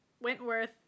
Wentworth